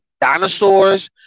dinosaurs